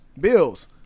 Bills